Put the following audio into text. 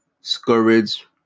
scourge